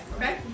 okay